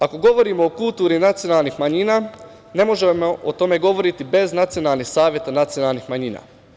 Ako govorimo o kulturnim nacionalnim manjina, ne možemo o tome govoriti bez nacionalnih saveta nacionalnih manjina.